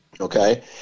Okay